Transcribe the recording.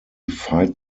fight